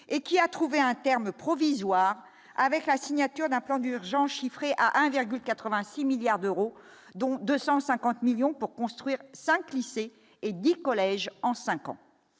et qui a trouvé un terme provisoire avec la signature d'un plan d'urgence, chiffré à 1,86 milliards d'euros, dont 250 millions pour construire 5 lycées et des collèges en 5 ans